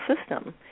system